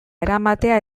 eramatea